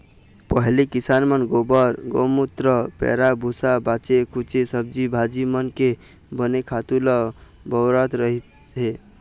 पहिली किसान मन गोबर, गउमूत्र, पैरा भूसा, बाचे खूचे सब्जी भाजी मन के बने खातू ल बउरत रहिस हे